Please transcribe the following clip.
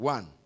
One